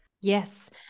Yes